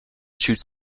shoots